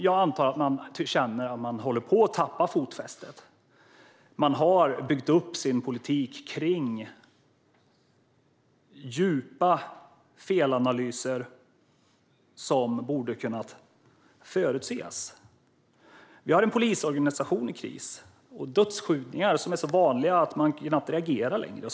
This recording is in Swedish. Jag antar att man känner att man håller på att tappa fotfästet, eftersom man har byggt upp sin politik kring djupa felanalyser kring sådant som borde ha kunnat förutses. Vi har en polisorganisation i kris. Dödskjutningar är så vanliga att man knappt reagerar längre.